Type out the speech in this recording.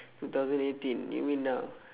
two thousand eighteen you mean now